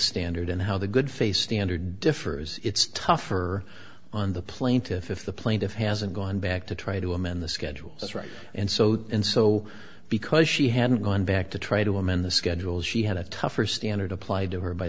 standard and how the good face standard differs it's tougher on the plaintiff if the plaintiff hasn't gone back to try to amend the schedule that's right and so then so because she hadn't gone back to try to amend the schedule she had a tougher standard applied to her by